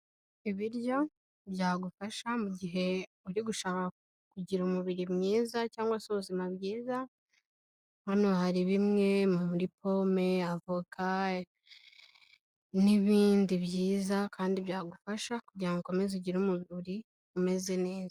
Ibiryo byagufasha mu gihe uri gushaka kugira umubiri mwiza cyangwa se ubuzima bwiza, hano hari bimwe muri pome, avoka, n'ibindi byiza kandi byagufasha kugira ukomeze ugire umubiri umeze neza.